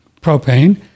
propane